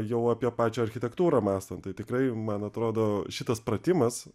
jau apie pačią architektūrą mąstant tai tikrai man atrodo šitas pratimas